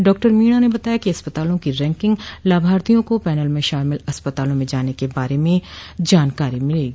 doctor Meena ने बताया कि अस्पतालों की रैकिंग लाभार्थियों को पैनल में शामिल अस्पतालों में जाने के बारे में जानकारी मिलेगी